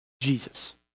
Jesus